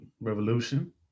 Revolution